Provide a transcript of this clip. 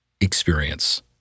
experience